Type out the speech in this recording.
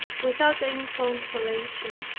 without any consolation,